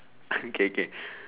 okay K